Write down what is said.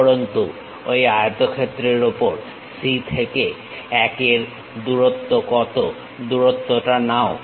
উপরন্তু ঐ আয়তক্ষেত্রের উপর C থেকে 1 এর দূরত্ব কত দূরত্বটা নাও